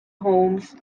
homes